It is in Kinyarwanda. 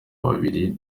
babiri